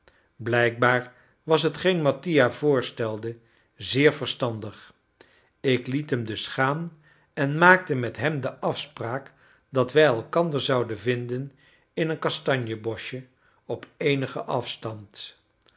blijkbaar was hetgeen mattia voorstelde zeer verstandig ik liet hem dus gaan en maakte met hem de afspraak dat wij elkander zouden vinden in een kastanjeboschje op eenigen afstand